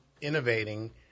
innovating